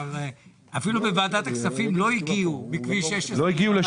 אפילו בוועדת הכספים לא הגיעו לשם.